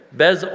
bez